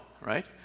right